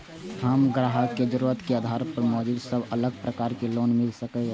हम ग्राहक के जरुरत के आधार पर मौजूद सब अलग प्रकार के लोन मिल सकये?